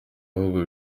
ahubwo